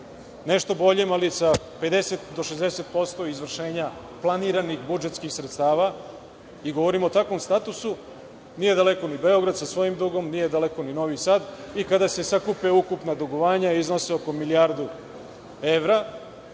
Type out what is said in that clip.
Nešto boljem, ali sa 50-60% izvršenja planiranih budžetskih sredstava. Govorim o takvom statusu. Nije daleko ni Beograd sa svojim dugom, nije daleko ni Novi Sad. Kada se sakupe ukupna dugovanja iznose oko milijardu evra,